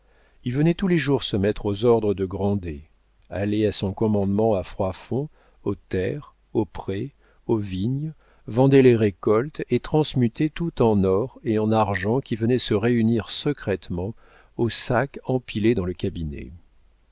il venait tous les jours se mettre aux ordres de grandet allait à son commandement à froidfond aux terres aux prés aux vignes vendait les récoltes et transmutait tout en or et en argent qui venait se réunir secrètement aux sacs empilés dans le cabinet